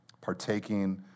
partaking